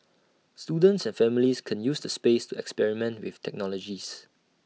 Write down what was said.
students and families can use the space to experiment with technologies